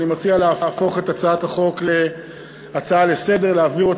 אני מציע להפוך את הצעת החוק להצעה לסדר-היום,